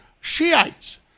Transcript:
Shiites